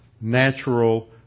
natural